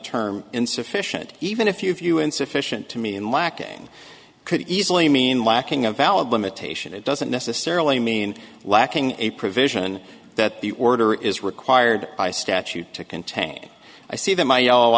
term insufficient even if you insufficient to me and lacking could easily mean lacking a valid limitation it doesn't necessarily mean lacking a provision that the order is required by statute to contain i see th